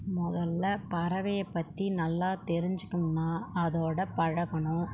மொதலில் பறவையைப் பற்றி நல்லா தெரிஞ்சுக்கணுன்னா அதோடு பழகணும்